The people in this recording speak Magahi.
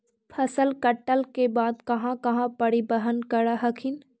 फसल कटल के बाद कहा कहा परिबहन कर हखिन?